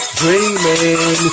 dreaming